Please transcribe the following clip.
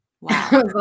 Wow